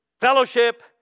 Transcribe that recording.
fellowship